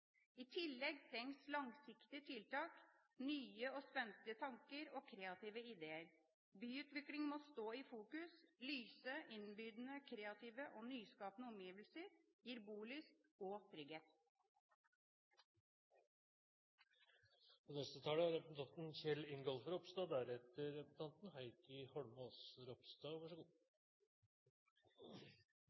I tillegg trengs langsiktige tiltak, nye og spenstige tanker og kreative ideer. Byutvikling må stå i fokus. Lyse, innbydende, kreative og nyskapende omgivelser gir bolyst og